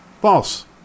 False